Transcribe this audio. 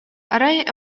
арай